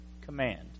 command